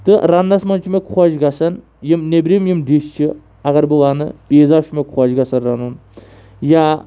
تہٕ رَننَس منٛز چھِ مےٚ خۄش گَژھان یِم نٮ۪برِم یِم ڈِش چھِ اگر بہٕ وَنہٕ پیٖزا چھِ مےٚ خۄش گژھان رَنُن یا